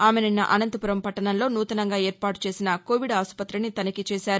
ఆమె నిన్న అనంతపురం పట్టణంలో నూతనంగా ఏర్పాటు చేసిన కావిడ్ ఆసుపత్రిని తనిఖీ చేశారు